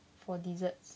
for desserts